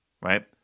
Right